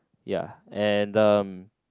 ya and um